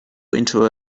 into